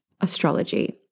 Astrology